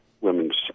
women's